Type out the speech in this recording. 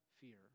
fear